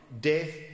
Death